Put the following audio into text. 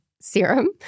serum